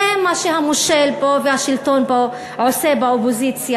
זה מה שהמושל פה והשלטון פה עושים באופוזיציה,